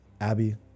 Abby